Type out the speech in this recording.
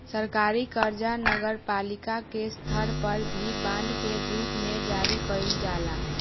सरकारी कर्जा नगरपालिका के स्तर पर भी बांड के रूप में जारी कईल जाला